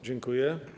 Dziękuję.